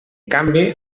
canvi